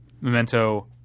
Memento